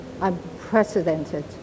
unprecedented